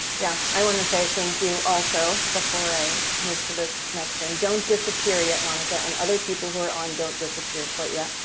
yeah, i want to say thank you also before i move to this next thing. don't disappear yet, monica, and other people who are on, don't disappear quite yet,